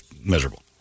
miserable